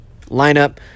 lineup